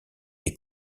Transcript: des